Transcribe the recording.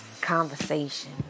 conversation